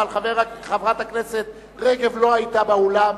אבל חברת הכנסת רגב לא היתה באולם.